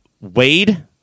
Wade